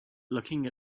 looking